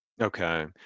Okay